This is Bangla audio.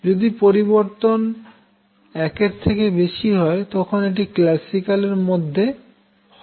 যদি পরিবর্তন 1 এর থেকে বেশি হয় তখন এটি ক্ল্যাসিক্যল এর মধ্যে হবে